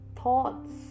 thoughts